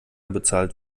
bezahlt